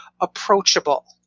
approachable